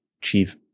chief